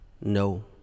No